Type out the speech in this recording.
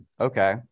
Okay